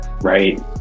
right